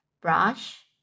Brush